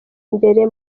imbere